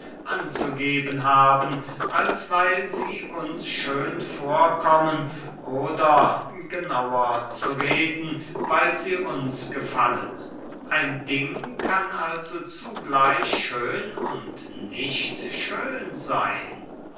anzugeben haben als weil sie uns schön vorkommen oder genauer zu reden weil sie uns gefallen ein ding kann also zugleich schön und nicht schön seyn